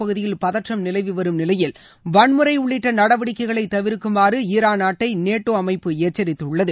பகுதியில் பதற்றம் நிலவி வரும் நிலையில் வன்முறை உள்ளிட்ட நடவடிக்கைகளை தவிர்க்குமாறு ஈரான் நாட்டை நேட்டோ அமைப்பு எச்சரித்துள்ளது